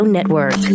Network